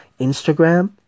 Instagram